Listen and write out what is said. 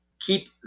keep